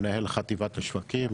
מנהל חטיבת השווקים